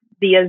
via